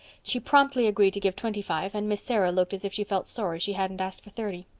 she promptly agreed to give twenty-five and miss sarah looked as if she felt sorry she hadn't asked for thirty.